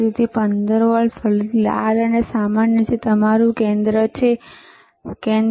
તેથી 15 વોલ્ટ ફરીથી લાલ અને સામાન્ય જે તમારું કેન્દ્ર છે અને તે 15